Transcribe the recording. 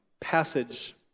passage